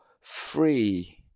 free